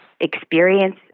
experience